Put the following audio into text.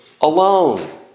alone